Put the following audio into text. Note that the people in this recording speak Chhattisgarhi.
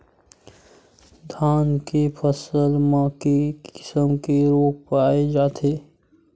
धान के फसल म के किसम के रोग पाय जाथे?